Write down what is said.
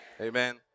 amen